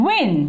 Win